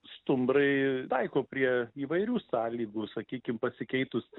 stumbrai taiko prie įvairių sąlygų sakykim pasikeitus